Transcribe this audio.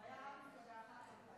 הוא היה רק במפלגה אחת.